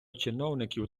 чиновників